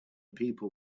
people